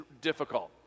difficult